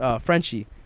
Frenchie